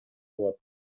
болот